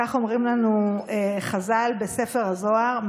כך אומרים לנו חז"ל בספר הזוהר,